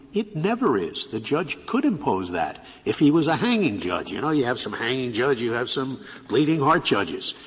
it never is. the judge could impose that if he was a hanging judge. you know, you have some hanging judges you have some bleeding heart judges.